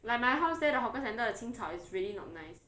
like my house there the hawker centre the 清炒 is really not nice